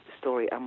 story